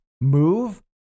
move